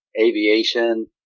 aviation